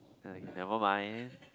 ah if never mind